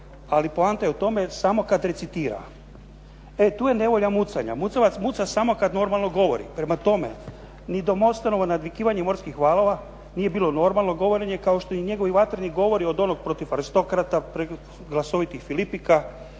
Ali poanta je u tome samo kada recitiram.". E tu je nevolja mucanja. Mucavac muca samo kada normalno govori. Prema tome, ni do Mostenova nadvikivanja morskih valova nije bilo normalno govorenje kao što i njegovi vatreni govori od onog protiv Aristokrata, preko glasovitih,